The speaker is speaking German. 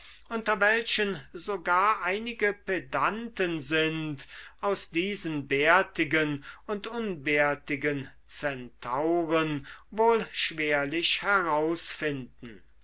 unter welchen sogar einige pedanten sind aus diesen bärtigen und unbärtigen centauren wohl schwerlich herausfinden